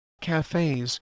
cafes